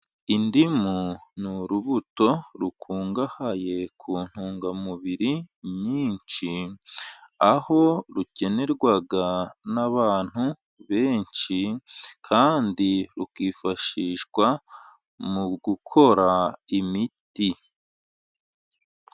Indimu ni urubuto rukungahaye ku ntungamubiri nyinshi. Aho rukenerwa n'abantu benshi, kandi rukifashishwa mu gukora imiti.